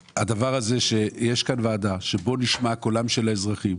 יש כאן ועדה שבה נשמע קולם של האזרחים